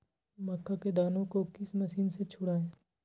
मक्का के दानो को किस मशीन से छुड़ाए?